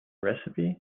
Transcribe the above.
recipe